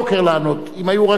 אם היו רק מספיק שאלות,